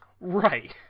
Right